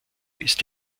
ist